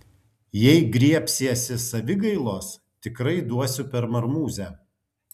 jei griebsiesi savigailos tikrai duosiu per marmūzę